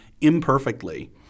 imperfectly